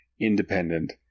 independent